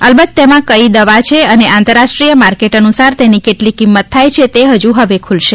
અલબત્ત તેમાં કઇ દવા છે અને આંતરરાષ્ટ્રીય માર્કેટ અનુસાર તેની કેટલી કિંમત થાય છે તે હજુ હવે ખુલશે